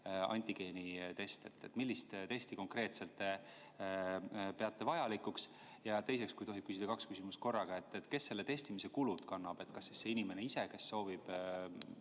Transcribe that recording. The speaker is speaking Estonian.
antigeenitest. Millist testi konkreetselt te vajalikuks peate? Ja teiseks, kui tohib küsida kaks küsimust korraga: kes selle testimise kulud kannab? Kas inimene ise, kes soovib